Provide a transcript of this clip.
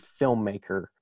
filmmaker